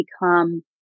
become